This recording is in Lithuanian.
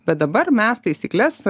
bet dabar mes taisykles